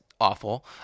awful